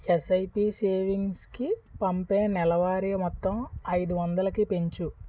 SIP సేవింగ్స్కి పంపే నెలవారీ మొత్తం ఐదు వందలకి పెంచుము